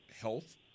health